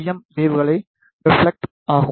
M வேவ்களை reflect ஆகும்